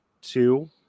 two